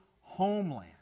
homeland